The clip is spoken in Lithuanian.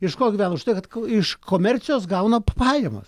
iš ko gyvena už tai kad iš komercijos gauna pajamas